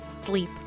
sleep